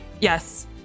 Yes